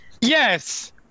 Yes